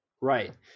Right